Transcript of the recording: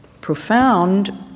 profound